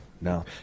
No